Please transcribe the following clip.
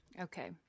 Okay